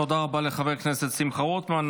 תודה רבה לחבר הכנסת שמחה רוטמן.